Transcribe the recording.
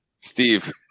Steve